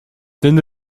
ten